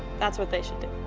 that's what they should do.